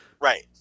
Right